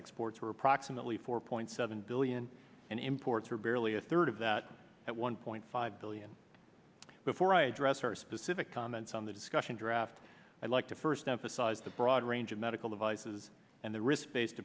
exports were approximately four point seven billion and imports were barely a third of that at one point five billion before i address our specific comments on the discussion draft i'd like to first emphasize the broad range of medical devices and the risk based